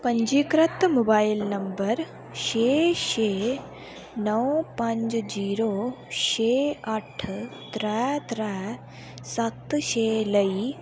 पंजीकृत mobile number छे छे नौ पंज जीरो छे अट्ठ त्रै त्रै सत्त छे लेई